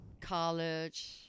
college